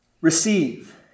receive